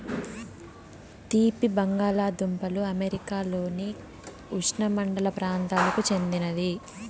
తీపి బంగాలదుంపలు అమెరికాలోని ఉష్ణమండల ప్రాంతాలకు చెందినది